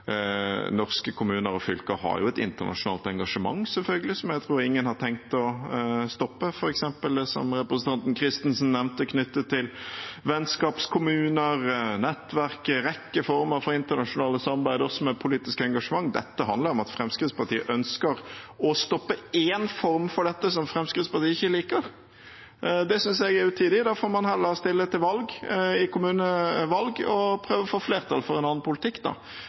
norske kommuner og fylker har selvfølgelig et internasjonalt engasjement, som jeg tror ingen har tenkt å stoppe – f.eks. det som representanten Christensen nevnte knyttet til vennskapskommuner, nettverk, en rekke former for internasjonalt samarbeid også med politisk engasjement. Dette handler om at Fremskrittspartiet ønsker å stoppe én form for dette som Fremskrittspartiet ikke liker. Det synes jeg er utidig. Da får man heller stille til valg i kommunene og prøve å få flertall for en annen politikk.